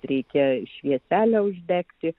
reikia švieselę uždegti